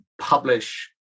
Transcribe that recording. publish